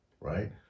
right